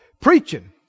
preaching